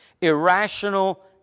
irrational